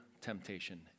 temptation